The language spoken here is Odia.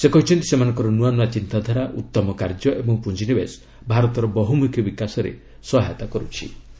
ସେ କହିଛନ୍ତି ସେମାନଙ୍କର ନ୍ତଆ ନୁଆ ଚିନ୍ତାଧାରା ଉତ୍ତମ କାର୍ଯ୍ୟ ଏବଂ ପୁଞ୍ଜିନିବେଶ ଭାରତର ବହୁମୁଖୀ ବିକାଶରେ ସହାୟତା କର୍ତ୍ଥି